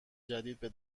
جدیدی